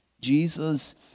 Jesus